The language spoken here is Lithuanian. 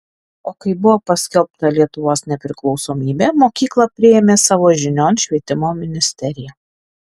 o kai buvo paskelbta lietuvos nepriklausomybė mokyklą priėmė savo žinion švietimo ministerija